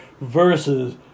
versus